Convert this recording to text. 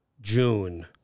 June